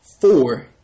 four